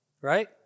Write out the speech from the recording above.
right